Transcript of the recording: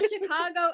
Chicago